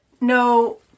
no